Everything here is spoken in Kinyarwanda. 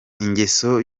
ingeso